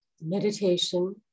Meditation